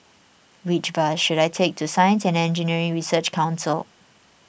which bus should I take to Science and Engineering Research Council